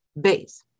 Base